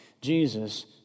Jesus